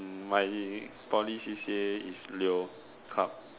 hmm my Poly C_C_A is leoclub